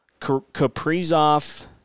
Kaprizov